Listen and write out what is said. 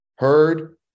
heard